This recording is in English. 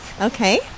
Okay